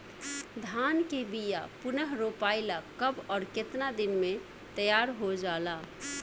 धान के बिया पुनः रोपाई ला कब और केतना दिन में तैयार होजाला?